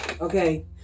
Okay